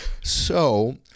So-